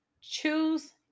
Choose